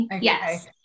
Yes